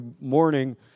morning